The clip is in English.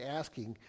asking